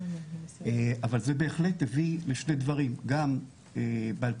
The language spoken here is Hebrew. אבל זה בהחלט הביא לשני דברים: גם ב-